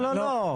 לא, לא, לא.